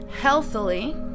healthily